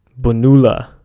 Bonula